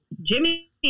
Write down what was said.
Jimmy